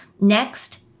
Next